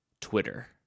Twitter